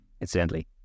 incidentally